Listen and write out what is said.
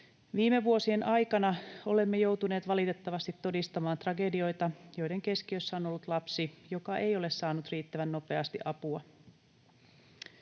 Viime vuosien aikana olemme joutuneet valitettavasti todistamaan tragedioita, joiden keskiössä on ollut lapsi, joka ei ole saanut riittävän nopeasti apua.